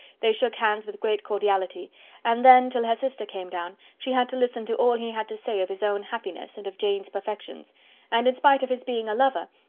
they shook hands with great cordiality and then, till her sister came down, she had to listen to all he had to say of his own happiness, and of jane's perfections and in spite of his being a lover,